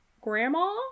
grandma